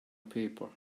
paper